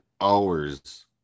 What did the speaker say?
hours